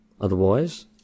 otherwise